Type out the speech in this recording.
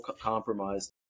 compromised